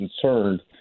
concerned